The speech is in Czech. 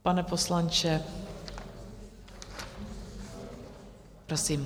Pane poslanče, prosím.